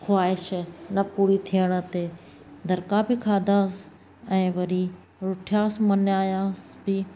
ख़्वाहिश न पूरी थियण ते दड़का बि खाधासि ऐं वरी रुठियासि मल्हायासि बि